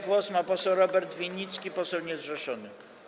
Głos ma poseł Robert Winnicki, poseł niezrzeszony.